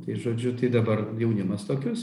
tai žodžiu tai dabar jaunimas tokius